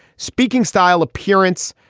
speaking style, appearance,